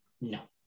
No